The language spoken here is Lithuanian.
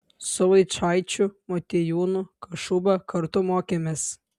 su vaičaičiu motiejūnu kašuba kartu mokėmės